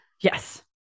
Yes